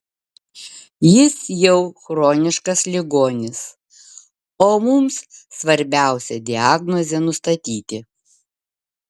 jis jau chroniškas ligonis o mums svarbiausia diagnozę nustatyti